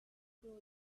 grow